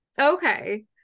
okay